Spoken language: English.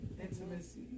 intimacy